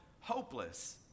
hopeless